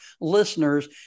listeners